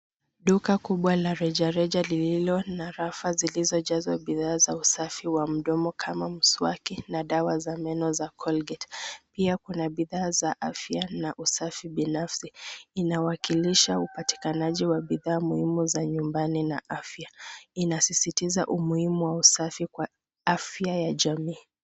Duka kubwa la rejareja lililo na rafa zilizojazwa bidhaa za usafi wa mdomo kama mswaki na dawa za meno za Colgate . Pia kuna bidhaa za afya na usafi binafsi. Inawakilisha upatikanaji wa bidhaa muhimu za nyumbani na afya. Inasisitiza umuhimu wa usafi kwa afya ya jamii.